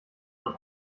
man